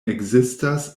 ekzistas